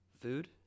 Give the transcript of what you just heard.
food